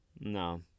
No